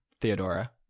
Theodora